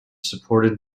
supported